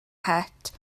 het